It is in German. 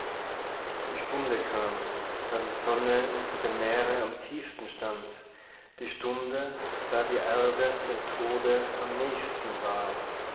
die stunde kam da die sonne unter dem meere am tiefsten stand die stunde da die erde dem tode am nächsten war